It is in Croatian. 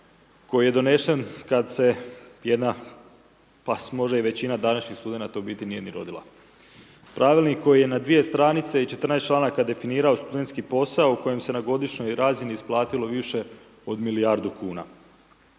koji je donesen kada se jedna, pa možda i većina današnjih studenata u biti nije ni rodila. U pravilniku je na 2 str. i 14. čl. definirao studentski posao, u kojoj se na godišnjoj razini isplatilo više od milijardu kuna.